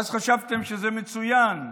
ואז חשבתם שזה מצוין,